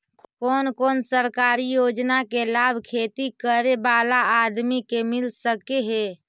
कोन कोन सरकारी योजना के लाभ खेती करे बाला आदमी के मिल सके हे?